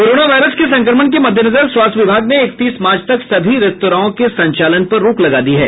corona virus के संक्रमण के मद्देनजर स्वास्थ्य विभाग ने इकतीस मार्च तक सभी रेस्तराओं के संचालन पर रोक लगा दी है